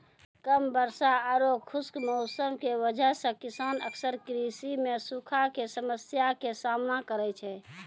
कम वर्षा आरो खुश्क मौसम के वजह स किसान अक्सर कृषि मॅ सूखा के समस्या के सामना करै छै